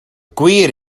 gwir